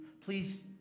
Please